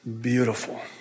beautiful